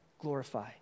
glorify